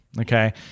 Okay